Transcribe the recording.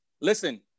Listen